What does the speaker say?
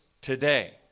today